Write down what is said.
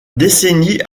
décennie